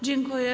Dziękuję.